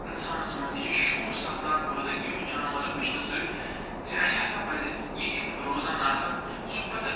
اِنسانس منٛز یہِ شعوٗر سبدان پٲدٕ یِمہٕ جانور وٕچھنہٕ سۭتۍ زِ اَسہِ ہسا پزِ ییٚتہِ یِم روزان آسان سُہ پتہٕ